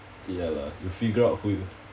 ya lah you figure out who you